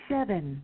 Seven